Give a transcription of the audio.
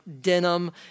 denim